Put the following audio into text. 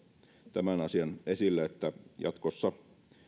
tämän asian esille että jatkossa